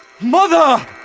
Mother